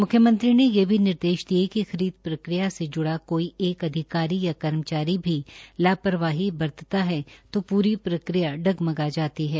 मुख्यमंत्री ने ये भी निर्देश दिये कि खरीद प्रक्रिया से जुड़ा कोई एक अधिकारी या कर्मचारी भी लापरवाही बरतता है तो पूरी प्रक्रिया डगमगा जाती है